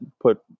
put